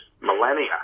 millennia